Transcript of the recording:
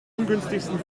ungünstigsten